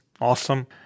awesome